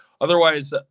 otherwise